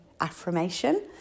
affirmation